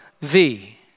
thee